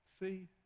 See